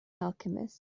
alchemist